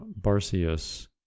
Barsius